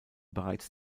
bereits